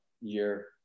year